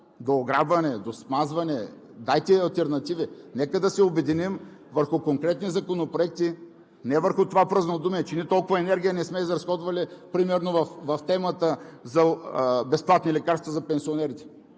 До ограбване, до смазване? Дайте алтернативи! Нека да се обединим върху конкретни законопроекти, не върху това празнодумие, че ние толкова енергия не сме изразходвали примерно в темата за безплатни лекарства за пенсионерите!